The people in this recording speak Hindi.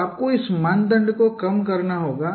तो आपको इस मानदंड को कम करना होगा